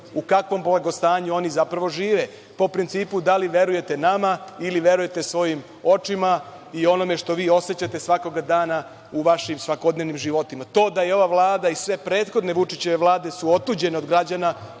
u kakvom blagostanju oni zapravo žive, po principu da li verujete nama ili verujete svojim očima i onom što vi osećate svakog dana u vašim svakodnevnim životima. To da je ova Vlada i sve prethodne Vučićeve vlade su otuđene od građana,